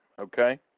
okay